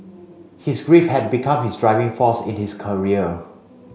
his grief had become his driving force in his career